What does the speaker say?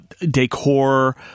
decor